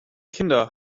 kinder